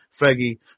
Fergie